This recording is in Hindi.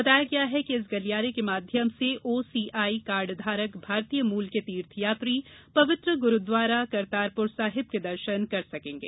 बताया गया है कि इस गलियारे के माध्यम से ओ ैसी आई कार्डधारक भारतीय मूल के तीर्थयात्री पवित्र ग्रूद्वारा करतारपुर साहेब के दर्शन कर सकेंगे